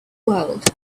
world